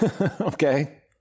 Okay